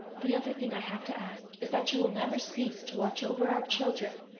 the other thing i have to ask is, that you will never cease to watch over our children,